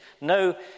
No